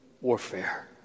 warfare